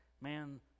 Man